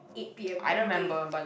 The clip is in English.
eight P_M everyday